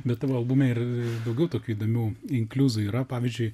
bet tavo albume ir daugiau tokių įdomių inkliuzų yra pavyzdžiui